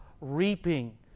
reaping